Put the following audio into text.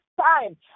time